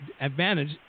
advantage